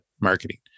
marketing